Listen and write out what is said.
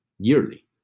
yearly